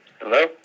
Hello